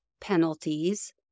penalties